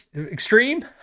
extreme